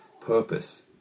purpose